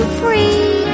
free